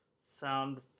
Sound